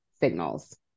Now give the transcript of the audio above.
signals